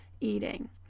eating